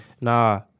Nah